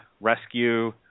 rescue